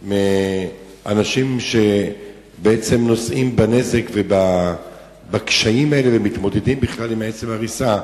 מאנשים שבעצם נושאים בנזק ובקשיים האלה ומתמודדים בכלל עם עצם ההריסה,